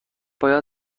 باید